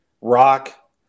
rock